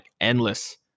endless